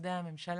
למשרדי הממשלה?